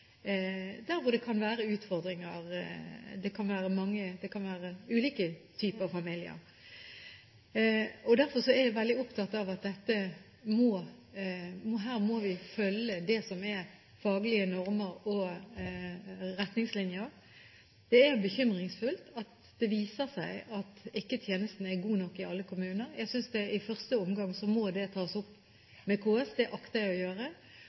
hvor det kan være utfordringer. Det kan være mange – det kan være ulike typer familier. Derfor er jeg veldig opptatt av at her må vi følge det som er faglige normer og retningslinjer. Det er bekymringsfullt at det viser seg at tjenesten ikke er god nok i alle kommuner. I første omgang må det tas opp med KS – det akter jeg å gjøre